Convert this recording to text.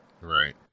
Right